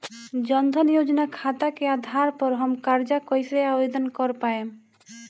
जन धन योजना खाता के आधार पर हम कर्जा कईसे आवेदन कर पाएम?